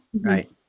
right